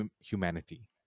humanity